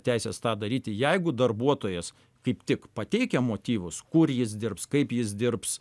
teisės tą daryti jeigu darbuotojas kaip tik pateikia motyvus kur jis dirbs kaip jis dirbs